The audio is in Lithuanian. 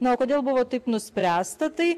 na o kodėl buvo taip nuspręsta tai